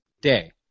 day